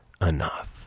enough